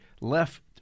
left